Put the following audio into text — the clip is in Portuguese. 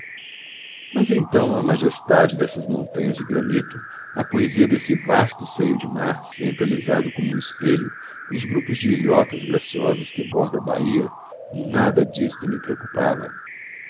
mas então a majestade dessas montanhas de granito a poesia desse vasto seio de mar sempre alisado como um espelho os grupos de ilhotas graciosas que bordam a baía nada disto me preocupava